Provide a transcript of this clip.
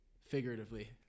figuratively